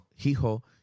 Hijo